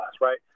right